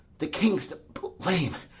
the king's to blame.